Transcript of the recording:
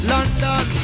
London